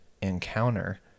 encounter